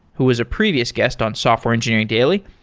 who is a previous guest on software engineering daily.